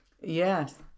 Yes